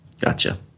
Gotcha